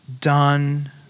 done